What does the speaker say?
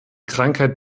krankheit